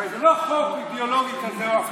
הרי זה לא חוק אידיאולוגי כזה או אחר.